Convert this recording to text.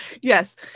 Yes